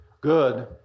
good